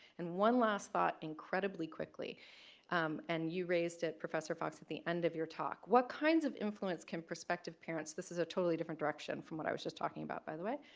and one last thought incredibly quickly and you raised it professor fox at the end of your talk. what kinds of influence can prospective parents. this is a totally different direction from what i was just talking about by the way.